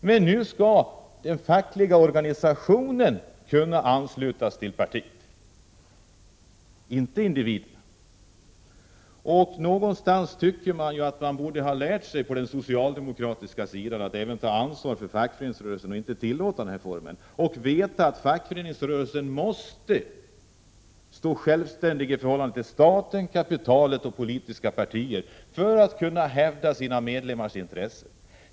Men nu skall alltså den fackliga organisationen kunna anslutas till partiet, inte individen. Jag tycker att socialdemokraterna borde ha lärt sig att ta ansvar även för fackföreningsrörelsen och inte tillåta denna anslutningsform. Man borde veta att fackföreningsrörelsen måste stå självständig gentemot staten, kapitalet och politiska partier för att kunna hävda sina medlemmars intressen.